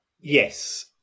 Yes